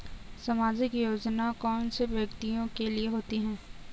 सामाजिक योजना कौन से व्यक्तियों के लिए होती है?